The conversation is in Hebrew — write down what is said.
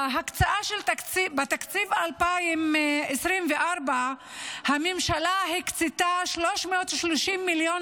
בתקציב 2024 הממשלה הקצתה 330 מיליון